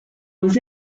was